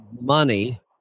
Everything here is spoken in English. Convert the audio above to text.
money